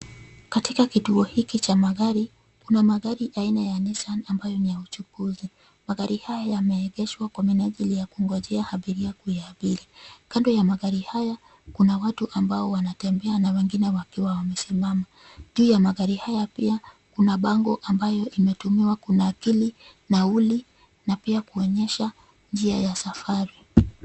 Katika kituo hiki cha magari kuna magari aina ya Nissan ambayo ni ya uchukuzi. Magari haya yameegeshwa kwa minajili ya kungojea abiria kuyaabiri. Juu ya magari haya pia kuna bango ambayo imetumiwa kunakili nauli na pia kuonyesha njia ya safari.